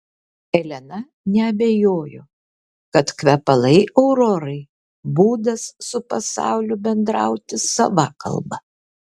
elena neabejojo kad kvepalai aurorai būdas su pasauliu bendrauti sava kalba